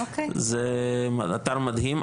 זה אתר מדהים.